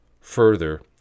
further